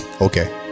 Okay